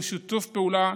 ושיתוף פעולה